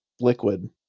liquid